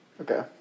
Okay